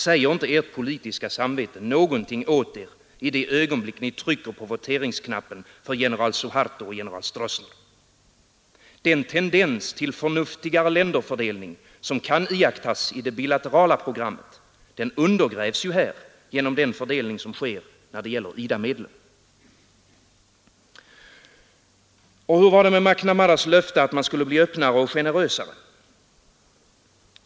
Säger inte ert politiska samvete någonting åt er i det ögonblick ni trycker på voteringsknappen för general Suharto och general Stroessner? Den tendens till förnuftigare länderfördelning som kan iakttas i det bilaterala programmet undergrävs genom den fördelning som sker när det gäller IDA-medlen. Och hur var det med McNamaras löfte att man skulle bli öppnare och generösare?